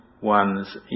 one's